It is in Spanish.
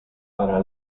para